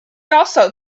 also